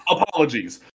Apologies